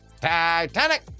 Titanic